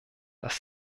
dass